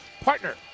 partner